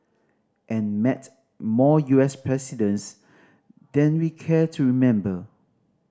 and met more U S presidents than we care to remember